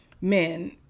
men